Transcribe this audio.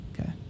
Okay